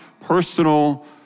personal